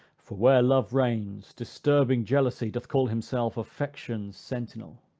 for where love reigns, disturbing jealousy doth call himself affection's sentinel.